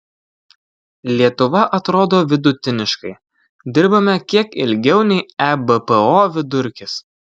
lietuva atrodo vidutiniškai dirbame kiek ilgiau nei ebpo vidurkis